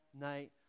night